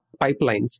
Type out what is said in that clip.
pipelines